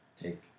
take